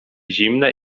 zimne